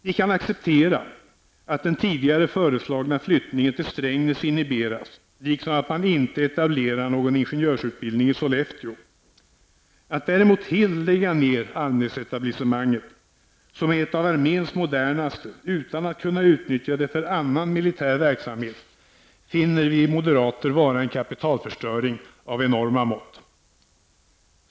Vi kan acceptera att den tidigare föreslagna flyttningen till Strängnäs inhiberas liksom att man inte etablerar någon ingenjörsutbildning i Sollefteå. Att däremot helt lägga ned Almnäsetablissemang, som är ett av arméns modernaste, utan att kunna utnyttja det för annan militär verksamhet finner vi moderater vara en kapitalförstöring av enorma mått.